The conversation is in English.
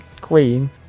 queen